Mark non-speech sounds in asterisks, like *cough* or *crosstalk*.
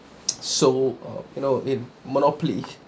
*noise* so uh you know in monopoly